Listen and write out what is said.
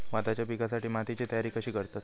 भाताच्या पिकासाठी मातीची तयारी कशी करतत?